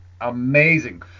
Amazing